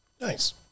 nice